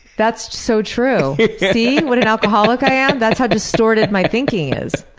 that's so true. see what an alcoholic i am? that's how distorted my thinking is.